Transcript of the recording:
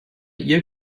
ihr